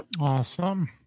Awesome